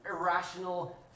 irrational